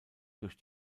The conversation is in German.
durch